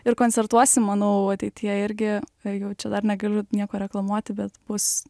ir koncertuosim manau ateityje irgi jau čia dar negaliu nieko reklamuoti bet bus